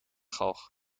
galg